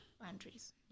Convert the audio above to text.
Boundaries